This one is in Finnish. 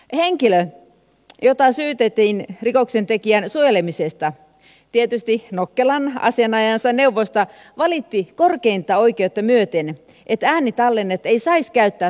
henkilö jota syytettiin rikoksentekijän suojelemisesta tietysti nokkelan asianajajansa neuvosta valitti korkeinta oikeutta myöten että äänitallennetta ei saisi käyttää todisteena